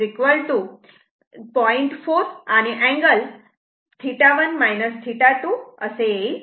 4 आणि अँगल 1 - θ2 असा येईल